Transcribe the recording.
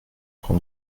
pour